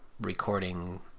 recording